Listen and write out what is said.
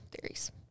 theories